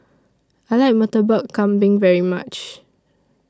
I like Murtabak Kambing very much